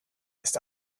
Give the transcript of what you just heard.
ist